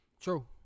True